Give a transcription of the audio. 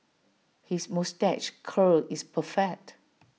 his moustache curl is perfect